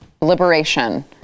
liberation